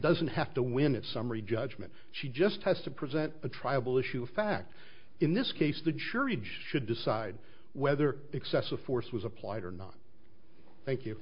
doesn't have to win it summary judgment she just has to present a tribal issue a fact in this case the jury judge should decide whether excessive force was applied or not thank you